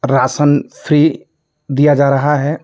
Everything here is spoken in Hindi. राशन फ़्री दिया जा रहा है